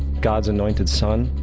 god's anointed son,